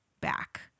back